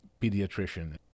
pediatrician